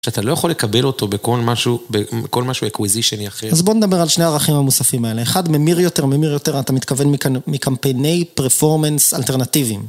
שאתה לא יכול לקבל אותו בכל משהו, בכל משהו אקוויזישיני אחר. אז בוא נדבר על שני הערכים המוספים האלה. אחד ממיר יותר, ממיר יותר, אתה מתכוון מקמפייני פרפורמנס אלטרנטיביים?